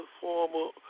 former